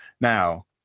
Now